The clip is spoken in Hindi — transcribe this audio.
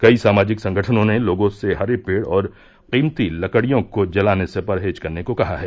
कई सामाजिक संगठनों ने लोगों से हरे पेड़ और कीमती लकड़ियों को जलाने से परहेज करने को कहा है